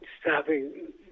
stopping